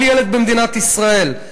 כל ילד במדינת ישראל,